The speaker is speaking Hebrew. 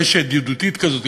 אש ידידותית כזאת.